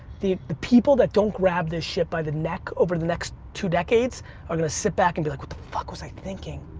the the people that don't grab this shit by the neck over the next two decades are gonna sit back and be like, what the fuck was i thinking?